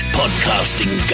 podcasting